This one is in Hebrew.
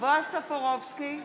בועז טופורובסקי,